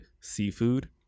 seafood